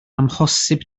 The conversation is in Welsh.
amhosib